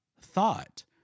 thought